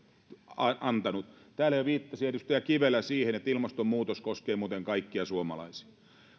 antanut täällä jo edustaja kivelä viittasi siihen että ilmastonmuutos koskee muuten kaikkia suomalaisia